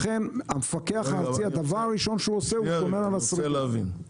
אני רוצה להבין.